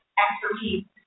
expertise